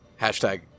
Hashtag